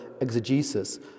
exegesis